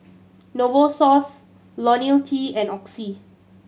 Novosource Lonil T and Oxy